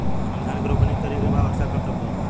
हमरा धान के रोपनी करे के बा वर्षा कब तक होई?